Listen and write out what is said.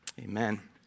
amen